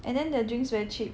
and then their drinks very cheap